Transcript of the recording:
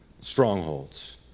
Strongholds